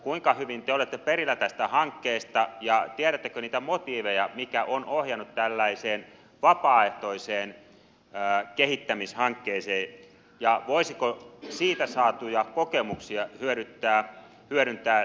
kuinka hyvin te olette perillä tästä hankkeesta ja tiedättekö niitä motiiveja mitkä ovat ohjanneet tällaiseen vapaaehtoiseen kehittämishankkeeseen ja voisiko siitä saatuja kokemuksia hyödyntää tässä lukiokeskustelussa